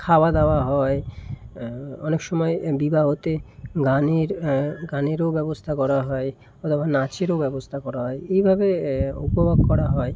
খাওয়া দাওয়া হয় অনেক সমায় বিবাহতে গানের হ্যাঁ গানেরও ব্যবস্থা করা হয় আবার নাচেরও ব্যবস্থা করা হয় এইভাবে উপভোগ করা হয়